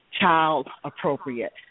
child-appropriate